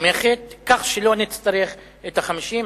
תומכת, כך שלא נצטרך את ה-50.